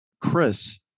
Chris